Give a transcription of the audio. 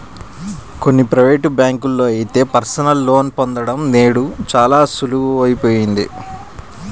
కొన్ని ప్రైవేటు బ్యాంకుల్లో అయితే పర్సనల్ లోన్ పొందడం నేడు చాలా సులువయిపోయింది